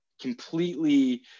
completely